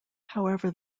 however